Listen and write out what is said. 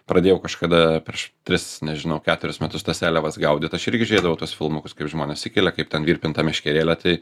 pradėjau kažkada prieš tris nežinau keturis metus tas seliavas gaudyt aš irgi žiūrėdavau tuos filmukus kaip žmonės įkelia kaip ten virpint meškerėlę tai